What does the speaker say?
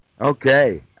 Okay